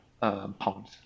pounds